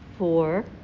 Four